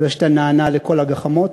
על זה שאתה נענה לכל הגחמות.